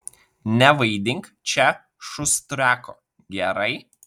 nevaidink čia šustriako gerai